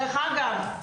דרך אגב,